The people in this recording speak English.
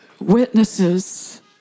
witnesses